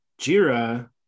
JIRA